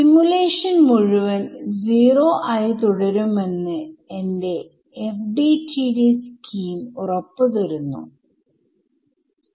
ഇവിടെ ഉള്ള മുഴുവൻ ടെർമിനെയും നമുക്ക് A എന്ന് വിളിക്കാം